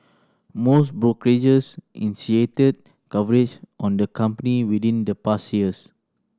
most brokerages initiated coverage on the company within the past years